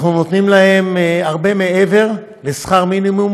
הרבה מעבר לשכר מינימום,